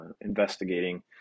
investigating